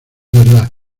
verdad